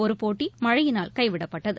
ஒருபோட்டிமழையினால் கைவிடப்பட்டது